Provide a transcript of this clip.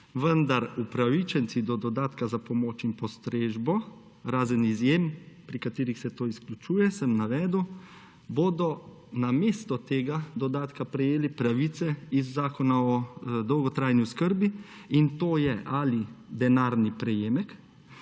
vendar upravičenci do dodatka za pomoč in postrežbo, razen izjem, pri katerih se to izključuje, sem navedel, bodo namesto tega dodatka prejeli pravice iz zakona o dolgotrajni oskrbi. To je ali denarni prejemek,